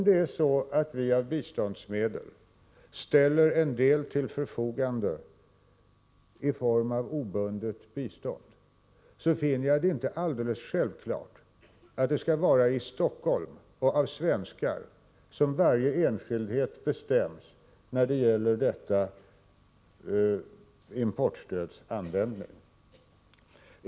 Det är så att när vi av biståndsmedel ställer en del till förfogande i form av obundet bistånd, finner jag det inte alldeles självklart att det skall vara i Stockholm, och av svenskar, som varje enskildhet bestäms när det gäller detta importstöds användning.